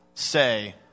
say